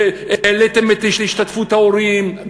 העליתם את השתתפות ההורים,